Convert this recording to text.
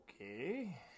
okay